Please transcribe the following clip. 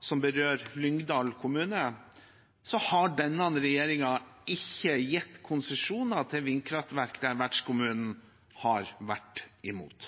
som berører Lyngdal kommune, har denne regjeringen ikke gitt konsesjoner til vindkraftverk der vertskommunen har vært imot.